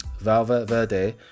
Valverde